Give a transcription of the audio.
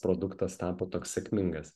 produktas tapo toks sėkmingas